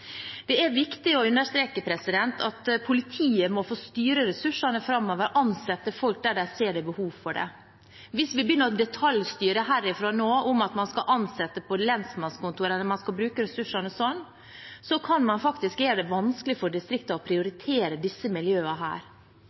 Det er viktig å understreke at politiet må få styre ressursene framover og ansette folk der de ser det er behov for det. Hvis vi begynner å detaljstyre herfra nå om at man skal ansette på lensmannskontorer eller bruke ressursene sånn, kan man faktisk gjøre det vanskelig for distriktene å prioritere disse